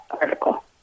article